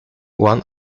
one